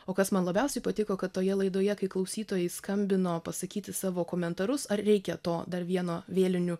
o kas man labiausiai patiko kad toje laidoje kai klausytojai skambino pasakyti savo komentarus ar reikia to dar vieno vėlinių